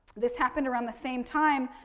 this happened around the same time,